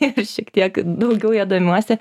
ir šiek tiek daugiau ja domiuosi